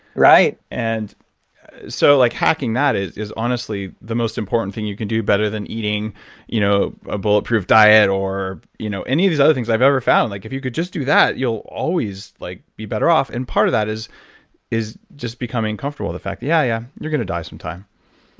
right. and so like hacking that is is honestly the most important thing you can do, better than eating you know a bulletproof diet or you know any of these other things i've ever found. like if you could just do that, you'll always like be better off. and part of that is is just becoming comfortable with the fact, yeah, yeah, you're going to die sometime.